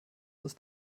ist